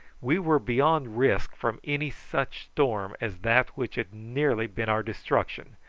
we were beyond risk from any such storm as that which had nearly been our destruction,